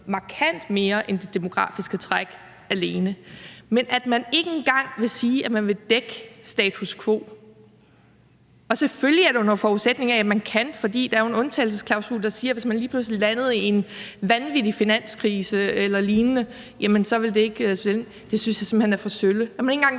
markant mere end det demografiske træk alene. Men man vil ikke engang sige, at man vil dække status quo. Og selvfølgelig er det, under forudsætning af at man kan det, for der er jo en undtagelsesklausul, der siger, at hvis man lige pludselig landede i en vanvittig finanskrise eller lignende, jamen så ville det ikke gælde. Jeg synes simpelt hen, at det er for sølle, at man ikke engang